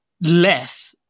less